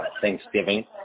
Thanksgiving